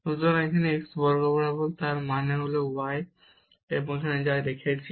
সুতরাং এটি x অক্ষ বরাবর তার মানে y হল 0 তাই আমরা এখানে y 0 রেখেছি